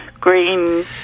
green